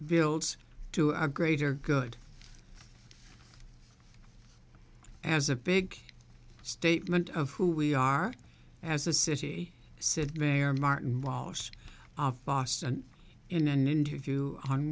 builds to a greater good as a big statement of who we are as a city sit there martin wallace of boston in an interview on